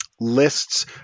lists